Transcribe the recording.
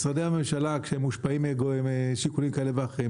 כשמשרדי הממשלה מושפעים משיקולים כאלה ואחרים,